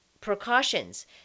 precautions